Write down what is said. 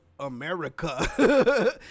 America